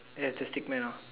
ya it's a stick man ah